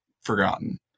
forgotten